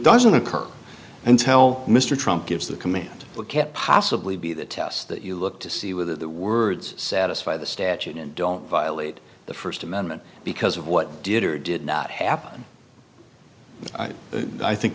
doesn't occur and tell mr trump gives the command it can't possibly be the test that you look to see whether the words satisfy the statute and don't violate the first amendment because of what did or did not happen i think